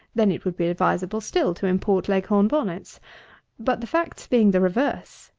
then it would be advisable still to import leghorn bonnets but the facts being the reverse,